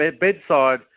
bedside